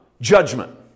judgment